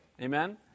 amen